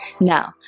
Now